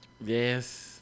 Yes